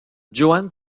juan